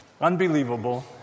unbelievable